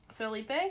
Felipe